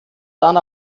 dann